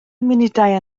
munudau